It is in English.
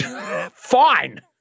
Fine